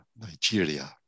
Nigeria